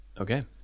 Okay